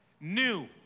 New